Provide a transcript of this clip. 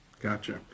Gotcha